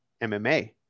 MMA